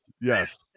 Yes